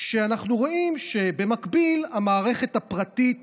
כשאנחנו רואים שבמקביל המערכת הפרטית